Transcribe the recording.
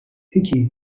peki